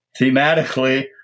Thematically